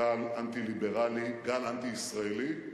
גל אנטי-ליברלי, גל אנטי-ישראלי,